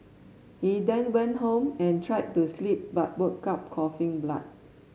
he then went home and tried to sleep but woke up coughing blood